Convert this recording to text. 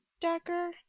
dagger